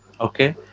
Okay